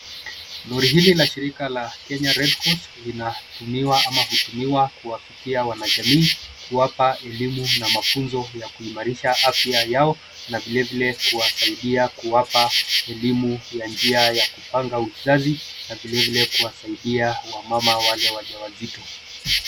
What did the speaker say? Lori hili la shirika la kenya redcross linatumiwa ama hutumiwa kuwafikia wanajamii na kuwapa elimu na mafunzo ya kuimarisha afya yao na vilevile kuwasaidia kuwapa elimu ya njia ya kupanga uzazi na vilivile kuwasaidia wamama wale waja wazito